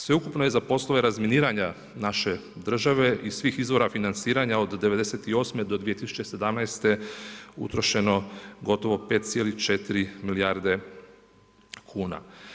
Sveukupno je za poslove razminiranja naše države iz svih izvora financira od '98. do 2017. utrošeno gotovo 5,4 milijarde kuna.